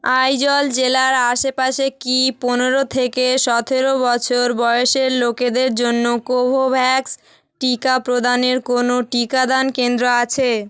আইজল জেলার আশেপাশে কি পনেরো থেকে সতেরো বছর বয়েসের লোকেদের জন্য কোভোভ্যাক্স টিকা প্রদানের কোনো টিকাদান কেন্দ্র আছে